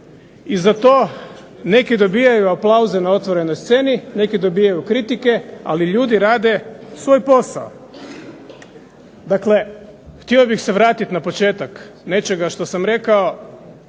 i za to neki dobivaju aplauze na otvorenoj sceni, neki dobivaju kritike, ali ljudi rade svoj posao. Dakle, htio bih se vratiti na početak nečega što sam rekao,